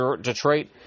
Detroit